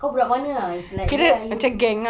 kau budak mana it's like where are you